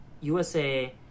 USA